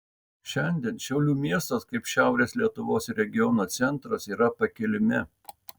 šiandien šiaulių miestas kaip šiaurės lietuvos regiono centras yra pakilime